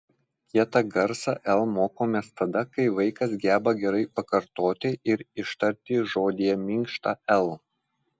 kietą garsą l mokomės tada kai vaikas geba gerai pakartoti ir ištarti žodyje minkštą l